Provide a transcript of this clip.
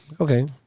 Okay